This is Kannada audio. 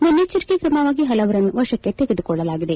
ಮುನ್ನೆಚ್ಲರಿಕೆ ತ್ರಮವಾಗಿ ಹಲವರನ್ನು ವಶಕ್ಷೆ ತೆಗೆದುಕೊಳ್ಳಲಾಗಿದೆ